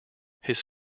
his